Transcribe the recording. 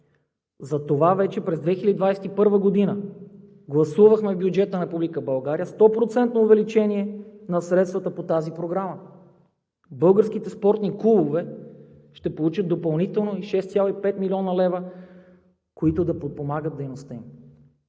Затова за 2021 г. гласувахме в бюджета на Република България 100-процентно увеличение на средствата по тази програма. Българските спортни клубове ще получат допълнително 6,5 млн. лв., които да подпомагат дейността им.